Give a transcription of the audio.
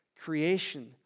Creation